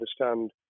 understand